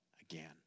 again